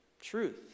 truth